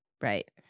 Right